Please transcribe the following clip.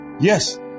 Yes